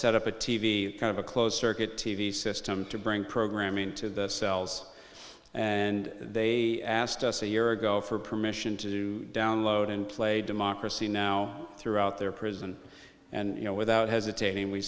set up a t v kind of a closed circuit t v system to bring programming to the cells and they asked us a year ago for permission to download and play democracy now throughout their prison and you know without hesitating we